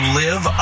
live